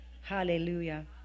Hallelujah